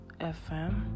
fm